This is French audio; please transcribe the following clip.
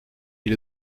est